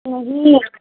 نہیں نا